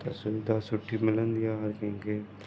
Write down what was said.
त सुविधा सुठी मिलंदी आहे हर कंहिंखे